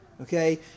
Okay